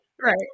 Right